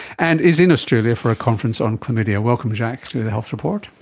and is in australia for a conference on chlamydia. welcome, jacques, to the health report.